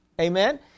Amen